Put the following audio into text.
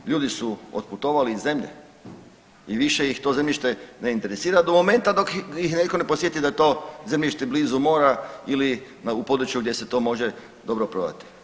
Ljudi su otputovali iz zemlje i više ih to zemljište ne interesira do momenta dok ih netko ne podsjeti da je to zemljište blizu mora ili u području gdje se to može dobro prodati.